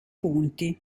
punti